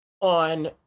on